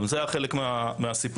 גם זה היה חלק מן הסיפור.